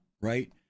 right